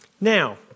Now